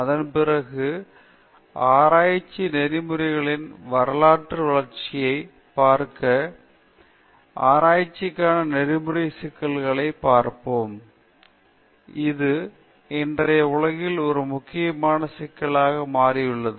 அதன் பிறகு ஆராய்ச்சிக் நெறிமுறைகளின் வரலாற்று வளர்ச்சியைப் பார்க்க அல்லது ஆராய்ச்சிக்கான நெறிமுறை சிக்கல்களைப் பார்ப்போம் இது இன்றைய உலகில் ஒரு முக்கியமான சிக்கலாக மாறியுள்ளது